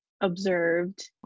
observed